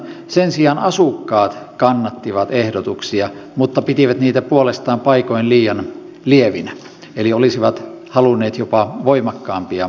sen sijaan asukkaat kannattivat ehdotuksia mutta pitivät niitä puolestaan paikoin lievinä eli olisivat halunneet jopa voimakkaampia rajoituksia